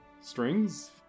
Strings